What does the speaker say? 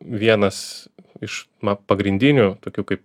vienas iš pagrindinių tokių kaip